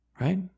Right